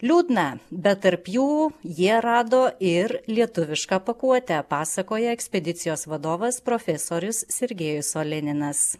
liūdna bet tarp jų jie rado ir lietuvišką pakuotę pasakoja ekspedicijos vadovas profesorius sergejus oleninas